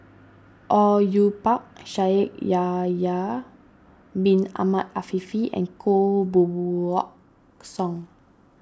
Au Yue Pak Shaikh Yahya Bin Ahmed Afifi and Koh Buck Song